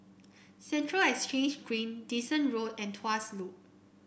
Central Exchange Green Dyson Road and Tuas Loop